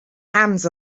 hands